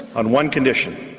on one condition